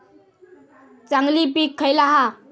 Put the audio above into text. चांगली पीक खयला हा?